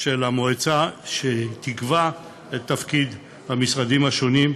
של המועצה, שתקבע את תפקיד המשרדים השונים,